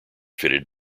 fitted